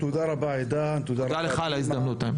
תודה לך על ההזדמנות.